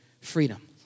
Freedom